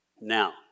Now